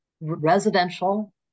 residential